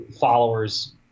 followers